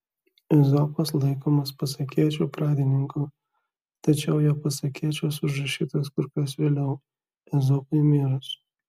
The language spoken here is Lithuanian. ezopas laikomas pasakėčių pradininku tačiau jo pasakėčios užrašytos kur kas vėliau ezopui mirus